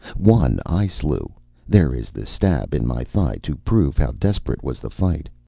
one i slew there is the stab in my thigh to prove how desperate was the fight.